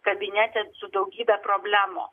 kabinete su daugybe problemų